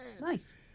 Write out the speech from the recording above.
Nice